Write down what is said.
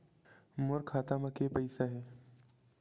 मोर खाता म के पईसा हे?